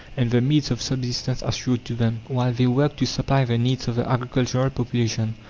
and the means of subsistence assured to them, while they worked to supply the needs of the agricultural population.